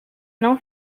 não